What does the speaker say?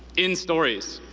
in stories.